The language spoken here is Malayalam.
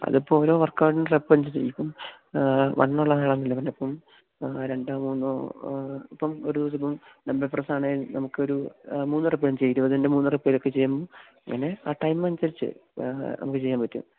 അതിപ്പോൾ ഓരോ വർക്കൗട്ടിനും സ്റ്റെപ്പനുസരിച്ചിട്ടിരിക്കും ഇപ്പം വണ്ണം ഉള്ളവരാന്നല്ലേ പറഞ്ഞത് അപ്പം രണ്ടോ മൂന്നോ ഇപ്പം ഒരു ഇതിപ്പം ലെമ്പർപ്രെസ്സാണേൽ നമുക്ക് ഒരു മൂന്നര പ്പഞ്ചേയാം ഇരുപതിന്റെ മൂന്നരപ്പേക്കെ ചെയ്യാം അങ്ങനെ ആ ടൈമനുസരിച്ച് നമുക്ക് ചെയ്യാൻ പറ്റും